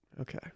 Okay